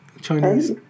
Chinese